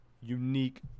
unique